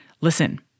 Listen